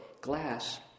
glass